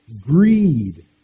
greed